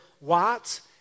Watts